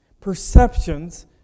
Perceptions